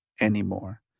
anymore